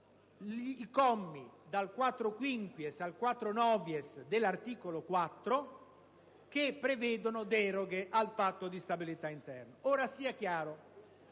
i commi dal 4-*quinquies* al 4-*novies* dell'articolo 4, che prevedono deroghe al Patto di stabilità interno. Ora, sia chiaro